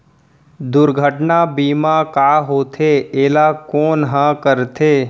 दुर्घटना बीमा का होथे, एला कोन ह करथे?